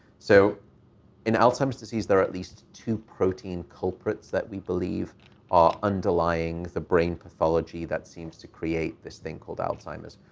so in alzheimer's disease, there are at least two protein culprits that we believe are underlying of the brain pathology that seems to create this thing called alzheimer's.